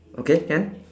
okay can